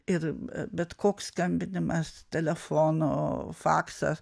ir bet koks skambinimas telefonu faksą